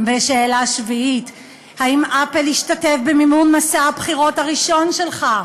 שאלה שביעית: האם אפל השתתף במימון מסע הבחירות הראשון שלך?